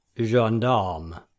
Gendarme